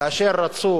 כאשר רצו